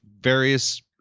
various